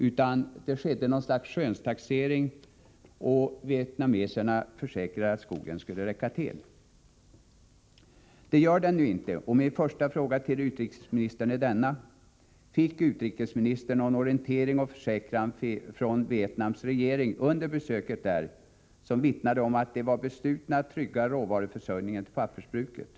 Man gjorde bara något slags skönstaxering, och vietnameserna försäkrade att skogen skulle räcka till. Det gör den nu inte, och min första fråga till utrikesministern är denna: Fick utrikesministern under sitt besök i Vietnam någon orientering eller försäkran från landets regering som vittnade om att man var besluten att trygga råvaruförsörjningen till pappersbruket?